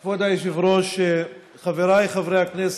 כבוד היושב-ראש, חבריי חברי הכנסת,